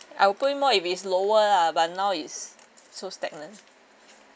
I will put in more if it's lower lah but now it's so stagnant